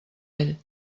ell